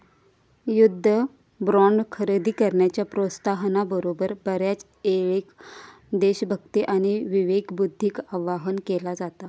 युद्ध बॉण्ड खरेदी करण्याच्या प्रोत्साहना बरोबर, बऱ्याचयेळेक देशभक्ती आणि विवेकबुद्धीक आवाहन केला जाता